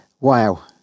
wow